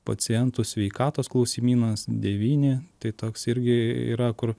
pacientų sveikatos klausimynas devyni tai toks irgi yra kur